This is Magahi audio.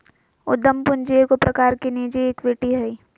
उद्यम पूंजी एगो प्रकार की निजी इक्विटी हइ